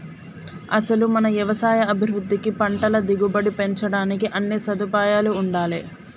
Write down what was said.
అసలు మన యవసాయ అభివృద్ధికి పంటల దిగుబడి పెంచడానికి అన్నీ సదుపాయాలూ ఉండాలే